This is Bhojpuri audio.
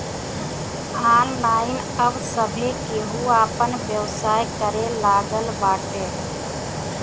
ऑनलाइन अब सभे केहू आपन व्यवसाय करे लागल बाटे